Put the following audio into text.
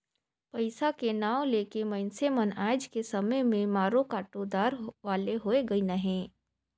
पइसा के नांव ले के मइनसे मन आएज के समे में मारो काटो दार वाले होए गइन अहे